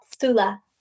Sula